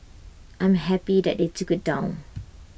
I am happy they took IT down